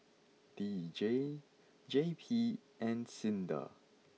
D J J P and Sinda